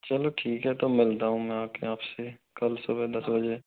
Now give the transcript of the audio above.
चलो ठीक है तो मिलता हूँ मैं आके आपसे कल सुबह दस बजे